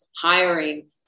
hiring